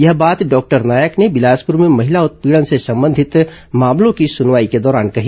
यह बात डॉक्टर नायक ने बिलासपुर में महिला उत्पीड़न से संबंधित मामलों की सुनवाई के दौरान कही